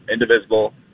indivisible